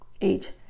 age